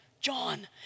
John